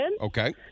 Okay